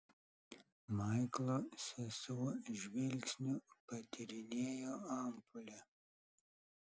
maiklo sesuo žvilgsniu patyrinėjo ampulę